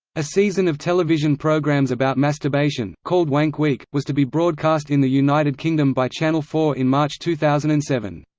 a season of television programmes about masturbation, called wank week, was to be broadcast in the united kingdom by channel four in march two thousand and seven.